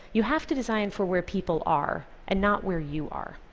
you have to design for where people are, and not where you are.